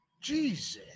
Jesus